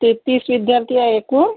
तेहेतीस विद्यार्थी आहे एकूण